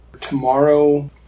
tomorrow